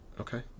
Okay